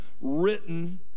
written